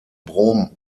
brom